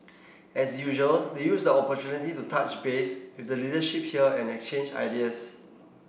as usual they used the opportunity to touch base with the leadership here and exchange ideas